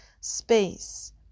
space